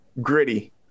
gritty